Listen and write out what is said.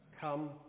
Come